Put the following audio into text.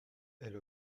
elle